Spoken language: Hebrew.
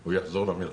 הוא יחזור למלחמה.